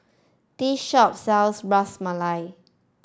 this shop sells Ras Malai